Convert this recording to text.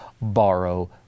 borrow